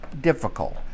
difficult